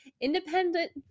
independent